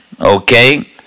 Okay